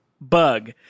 bug